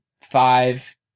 five